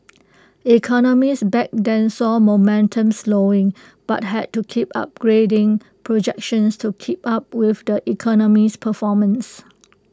economists back then saw momentum slowing but had to keep upgrading projections to keep up with the economy's performance